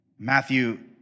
Matthew